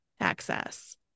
access